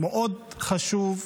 מאוד חשוב.